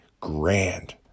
grand